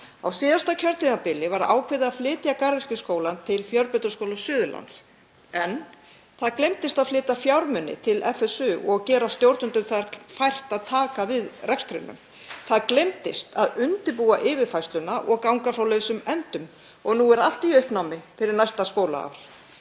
Á síðasta kjörtímabili var ákveðið að flytja Garðyrkjuskólann til Fjölbrautaskóla Suðurlands en það gleymdist að flytja fjármuni til FSu og gera stjórnendum þar fært að taka við rekstrinum. Það gleymdist að undirbúa yfirfærsluna og ganga frá lausum endum og nú er allt í uppnámi fyrir næsta skólaár.